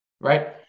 Right